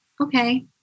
okay